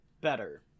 better